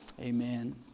Amen